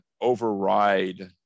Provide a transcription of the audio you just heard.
override